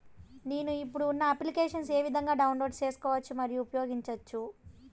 నేను, ఇప్పుడు ఉన్న అప్లికేషన్లు ఏ విధంగా డౌన్లోడ్ సేసుకోవచ్చు మరియు ఉపయోగించొచ్చు?